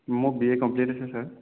মোক B A complete হৈছে sir